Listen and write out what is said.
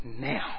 now